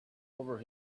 over